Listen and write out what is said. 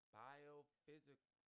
biophysical